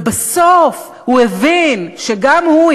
ובסוף הוא הבין שגם הוא,